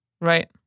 Right